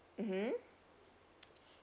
mmhmm